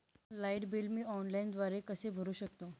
Light bill मी ऑनलाईनद्वारे कसे भरु शकतो?